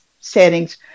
settings